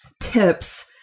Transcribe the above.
tips